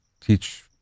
teach